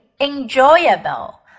enjoyable